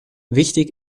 wichtig